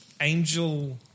Angel